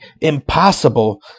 impossible